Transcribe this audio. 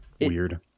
weird